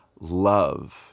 love